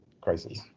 crisis